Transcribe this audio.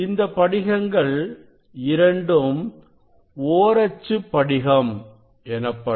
இந்தப் படிகங்கள் இரண்டும் ஓரச்சுப் படிகம் எனப்படும்